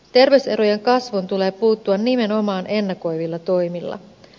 terveyserojen kasvuun tulee puuttua nimenomaan ennakoivilla toimilla